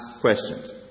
questions